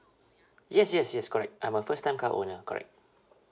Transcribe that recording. yes yes yes correct I'm a first time car owner correct